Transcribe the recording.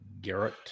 Garrett